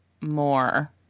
more